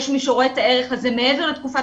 יש מי שרואה את הערך הזה מעבר לתקופת